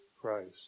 Christ